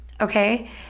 okay